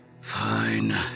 Fine